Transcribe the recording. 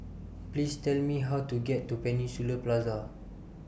Please Tell Me How to get to Peninsula Plaza